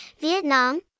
Vietnam